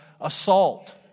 assault